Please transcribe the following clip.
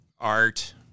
art